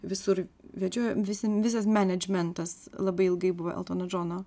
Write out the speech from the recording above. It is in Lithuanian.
visur vedžiojo visi visas menedžmentas labai ilgai buvo eltono džono